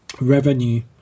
revenue